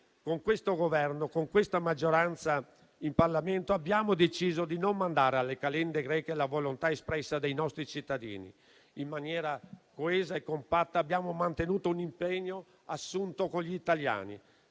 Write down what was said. Con questo Governo e con questa maggioranza in Parlamento abbiamo deciso di non rimandare alle calende greche la volontà espressa dai nostri cittadini. In maniera coesa e compatta abbiamo mantenuto un impegno assunto con gli italiani.